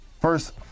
first